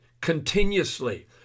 continuously